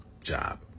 job